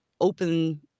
open